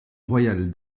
royale